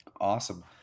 awesome